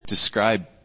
Describe